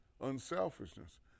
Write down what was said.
unselfishness